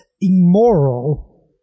immoral